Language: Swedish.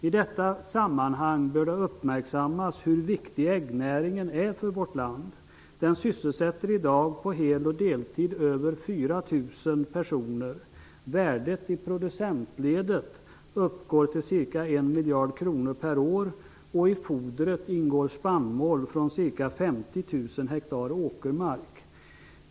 I detta sammanhang bör det uppmärksammas hur viktig äggnäringen är för vårt land. Den sysselsätter i dag på hel och deltid över 4 000 personer. Värdet i producentledet uppgår till ca 1 miljard kronor per år, och i fodret ingår spannmål från ca 50 000 ha åkermark.